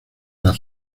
las